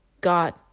God